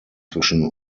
zwischen